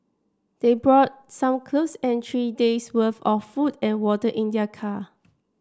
they brought some clothes and three days' worth of food and water in their car